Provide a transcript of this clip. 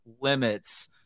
limits